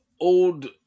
old